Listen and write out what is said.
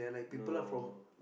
no